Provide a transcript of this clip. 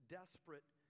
desperate